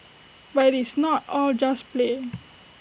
but IT is not all just play